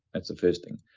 that's the first thing.